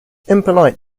impolite